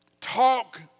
Talk